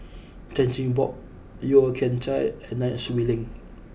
Chan Chin Bock Yeo Kian Chai and Nai Swee Leng